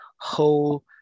whole